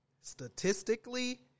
Statistically